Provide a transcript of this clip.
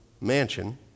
mansion